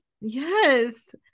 Yes